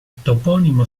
toponimo